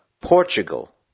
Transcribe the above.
Portugal